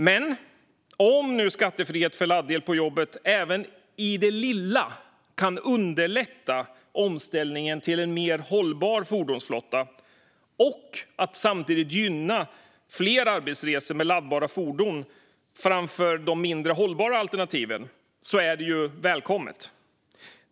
Men om nu skattefrihet för laddel på jobbet även i det lilla kan underlätta omställningen till en mer hållbar fordonsflotta och samtidigt gynna arbetsresor med laddbara fordon framför de mindre hållbara alternativen är det välkommet.